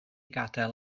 gadael